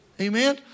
Amen